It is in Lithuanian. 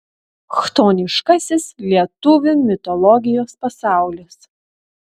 chtoniškasis lietuvių mitologijos pasaulis